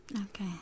Okay